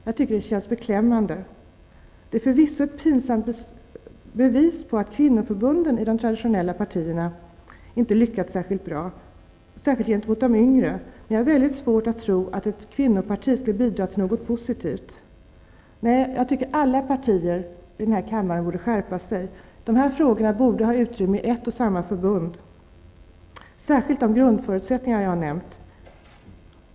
Jag tycker att det känns beklämmande. Det är förvisso ett pinsamt bevis på att kvinnoförbunden i de traditionella partierna inte lyckats särskilt bra, speciellt inte vad gäller de yngre, men jag har svårt att tro att ett kvinnoparti skulle bidra till något positivt. Jag tycker att alla partier i denna kammare borde skärpa sig. Dessa frågor borde kunna få utrymme inom ett och samma förbund, särskilt de grundförutsättningar som jag har nämnt.